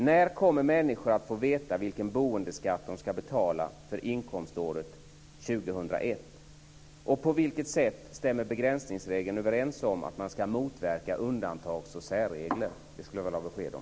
När kommer människor att få veta vilken boendeskatt de ska betala för inkomståret 2001, och på vilket sätt stämmer begränsningsregeln överens med att man ska motverka undantags och särregler? Det skulle jag vilja ha besked om.